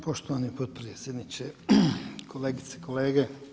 Poštovani potpredsjedniče, kolegice i kolege.